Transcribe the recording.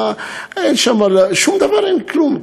אין שם שום דבר, אין כלום.